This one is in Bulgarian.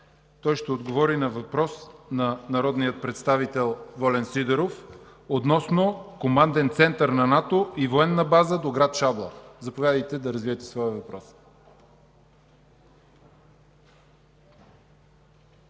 Той ще отговори на въпрос от народния представител Волен Сидеров относно Команден център на НАТО и военна база до град Шабла. Заповядайте да развиете своя въпрос.